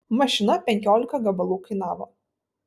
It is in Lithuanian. mašina penkiolika gabalų kainavo